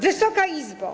Wysoka Izbo!